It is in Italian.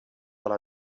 alla